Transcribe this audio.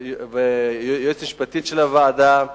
ליועצת המשפטית של הוועדה,